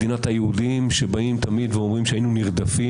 מדינת היהודים שאומרים תמיד שהיינו נרדפים,